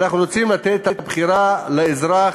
אנחנו רוצים לתת את הבחירה לאזרח,